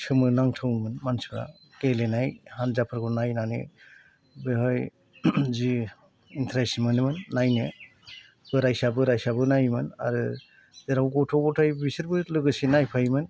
सोमोनांथावमोन मानसिफ्रा गेलेनाय हान्जाफोरखौ नायनानै बेहाय जि इन्ट्रेस्ट मोनो नायनो बोरायसा बोरायसाबो नायोमोन आरो जेराव गथ' गथाइ बेसोरबो लोगोसे नायफायोमोन